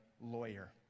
lawyer